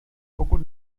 pokud